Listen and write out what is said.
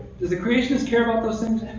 does a creationist care about those and